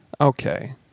Okay